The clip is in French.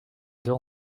deux